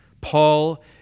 Paul